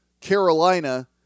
Carolina